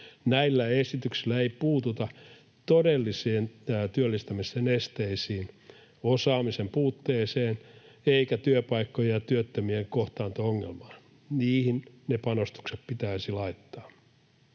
Näillä esityksillä ei puututa todellisiin työllistämisen esteisiin, osaamisen puutteeseen eikä työpaikkojen ja työttömien kohtaanto-ongelmaan. Niihin ne panostukset pitäisi laittaa.